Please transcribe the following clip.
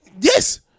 Yes